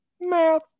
Math